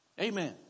Amen